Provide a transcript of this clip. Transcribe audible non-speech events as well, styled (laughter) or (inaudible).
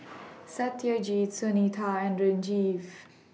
(noise) Satyajit Sunita and Sanjeev (noise)